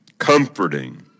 comforting